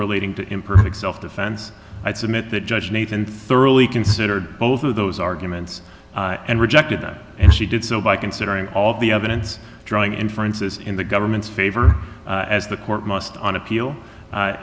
relating to imperfect self defense i submit that judge nathan thoroughly considered both of those arguments and rejected that and she did so by considering all the evidence drawing inferences in the government's favor as the court must on appeal